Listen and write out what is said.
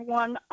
one